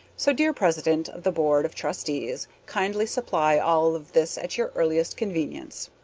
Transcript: so, dear president of the board of trustees, kindly supply all of this at your earliest convenience.